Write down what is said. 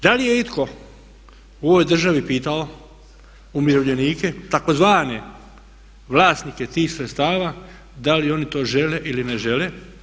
Da li je itko u ovoj državi pitao umirovljenike tzv. vlasnike tih sredstava da li oni to žele ili ne žele?